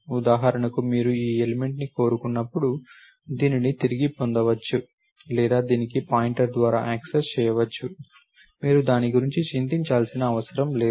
ఉదాహరణకు మీరు ఈ ఎలిమెంట్ ని కోరుకున్నప్పుడు దీనిని తిరిగి పొందవచ్చు లేదా దీనికి పాయింటర్ ద్వారా యాక్సెస్ చేయవచ్చు మీరు దాని గురించి చింతించాల్సిన అవసరం లేదు